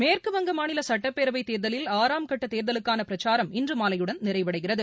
மேற்குவங்க மாநில சட்டப்பேரவைத் தேர்தலில் ஆறாம் கட்ட தேர்தலுக்கான பிரக்சாரம் இன்று மாலையுடன் நிறைவடைகிறது